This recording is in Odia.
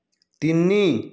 ତିନି